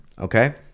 okay